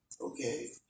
Okay